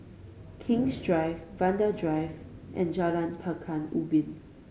King's Drive Vanda Drive and Jalan Pekan Ubin